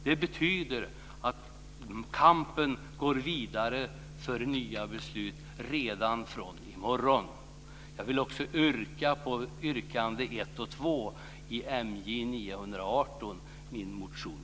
Det betyder att kampen går vidare för nya beslut redan från i morgon. Jag vill också yrka bifall till yrkande 1 och 2 i min motion MJ918.